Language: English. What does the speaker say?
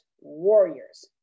warriors